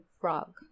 frog